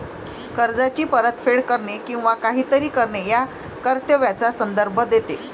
कर्जाची परतफेड करणे किंवा काहीतरी करणे या कर्तव्याचा संदर्भ देते